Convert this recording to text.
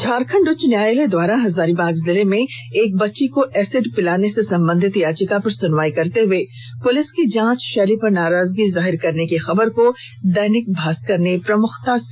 झारखंड उच्च न्यायालय द्वारा हजारीबाग जिले में एक बच्ची को एसिड पिलाने से संबंधित याचिका पर सुनवाई करते हुए पुलिस की जांच शैली पर नाराजगी जाहिर करने की खबर को दैनिक भास्कर ने प्रमुख खबर बनाया है